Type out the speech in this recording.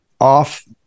off